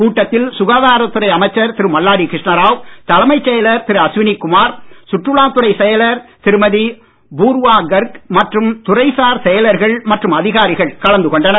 கூட்டத்தில் சுகாதாரத் துறை அமைச்சர் திரு மல்லாடி கிருஷ்ணராவ் தலைமைச் செயலர் திரு அஸ்வினிகுமார் சுற்றுலாத் துறை செயலர் திருமதி பூர்வாகர் மற்றும் துறைசார் செயலர்கள் மற்றும் அதிகாரிகள் கலந்து கொண்டனர்